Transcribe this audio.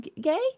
gay